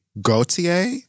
Gautier